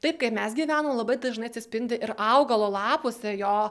taip kai mes gyvenam labai dažnai atsispindi ir augalo lapuose jo